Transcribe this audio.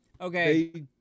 okay